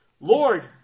Lord